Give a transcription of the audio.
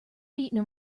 beating